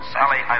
Sally